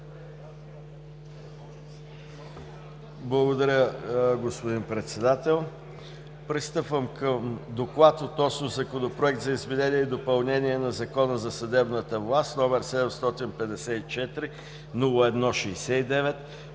Благодаря, господин Председател. Пристъпвам към Доклад относно Законопроект за изменение и допълнение на Закона за съдебната власт, № 754 01 69,